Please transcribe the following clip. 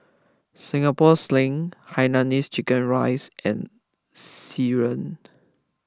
Singapore Sling Hainanese Chicken Rice and siren